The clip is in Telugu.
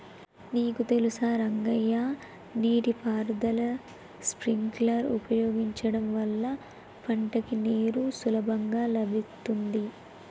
నీకు తెలుసా రంగయ్య నీటి పారుదల స్ప్రింక్లర్ ఉపయోగించడం వల్ల పంటకి నీరు సులభంగా లభిత్తుంది